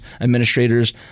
administrators